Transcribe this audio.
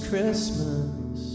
Christmas